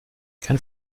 kein